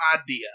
idea